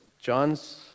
John's